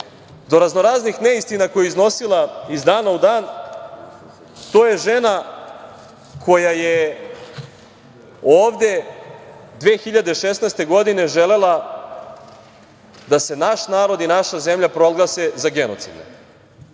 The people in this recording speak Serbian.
do raznoraznih neistina koje je iznosila iz dana u dan. To je žena koja je ovde 2016. godine želela da se naš narod i naša zemlja proglase za genocid.